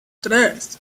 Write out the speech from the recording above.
tres